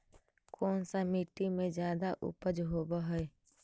कोन सा मिट्टी मे ज्यादा उपज होबहय?